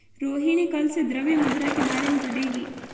रोहिणी कल से द्रव्य मुद्रा के बारे में पढ़ेगी